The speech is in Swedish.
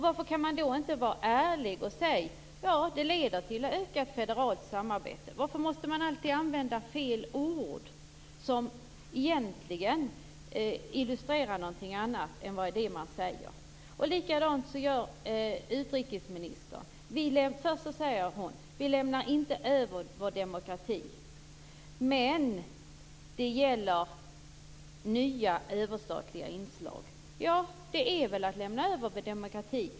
Varför kan man då inte vara ärlig och säga att det leder till ökat federalt samarbete? Varför måste man alltid använda fel ord som egentligen illustrerar något annat än det man säger? Likadant gör utrikesministern. Hon säger: Vi lämnar inte över vår demokrati. Men det gäller nya överstatliga inslag. Det är väl att lämna över demokratin.